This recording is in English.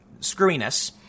screwiness